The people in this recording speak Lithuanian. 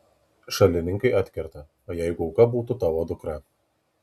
šalininkai atkerta o jeigu auka būtų tavo dukra